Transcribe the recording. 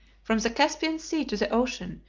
from the caspian sea to the ocean,